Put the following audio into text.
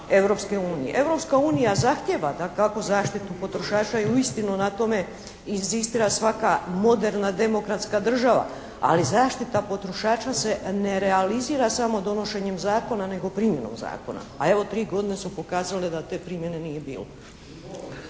Europska unija zahtijeva dakako zaštitu potrošača i uistinu na tome inzistira svaka moderna demokratska država ali zaštita potrošača se ne realizira samo donošenjem zakona nego primjenom zakona a evo tri godine su pokazale da te primjene nije bilo.